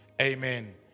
Amen